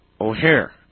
O'Hare